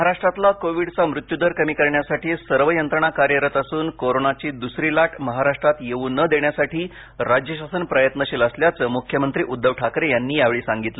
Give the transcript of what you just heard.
महाराष्ट्रातला कोविडचा मृत्यू दर कमी करण्यासाठी सर्व यंत्रणा कार्यरत असून कोरोनाची दुसरी लाट महाराष्ट्रात येऊ न देण्यासाठी राज्य शासन प्रयत्नशील असल्याचं मुख्यमंत्री उद्धव ठाकरे यांनी यावेळी सांगितलं